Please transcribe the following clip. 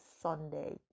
Sunday